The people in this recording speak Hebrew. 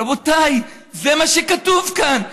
רבותיי, זה מה שכתוב כאן.